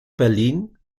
berlin